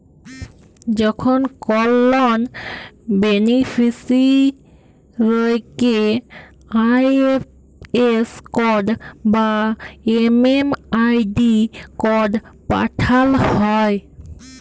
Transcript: যখন কল লন বেনিফিসিরইকে আই.এফ.এস কড বা এম.এম.আই.ডি কড পাঠাল হ্যয়